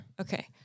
Okay